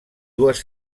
dues